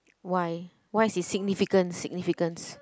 why what is its significance significance